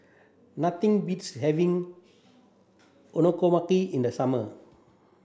nothing beats having Okonomiyaki in the summer